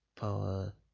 power